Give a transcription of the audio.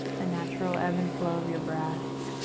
the natural ebb and flow of your breath.